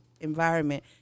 environment